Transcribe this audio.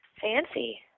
Fancy